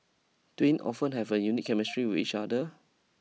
twin often have a unique chemistry with each other